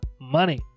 money